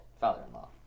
father-in-law